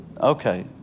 Okay